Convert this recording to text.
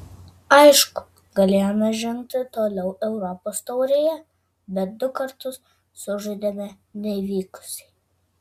aišku galėjome žengti toliau europos taurėje bet du kartus sužaidėme nevykusiai